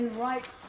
Right